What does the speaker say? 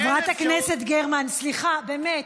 חברת הכנסת גרמן, סליחה, באמת,